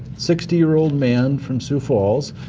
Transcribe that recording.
sixty year old man from sioux falls,